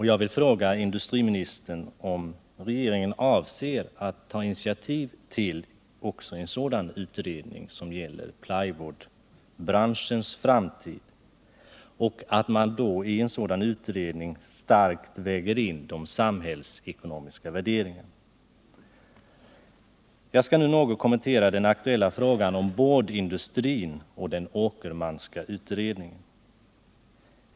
Jag vill fråga industriministern, om regeringen avser att ta initiativ till en sådan utredning om den branschens framtid, där man också lägger in de samhällsekonomiska värderingarna. Jag skall nu något kommentera den aktuella frågan om boardindustrin och den Åkermanska utredningen.